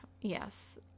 yes